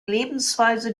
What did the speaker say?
lebensweise